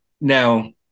now